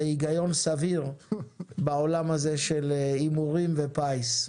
היגיון סביר בעולם הזה של הימורים ופיס.